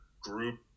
group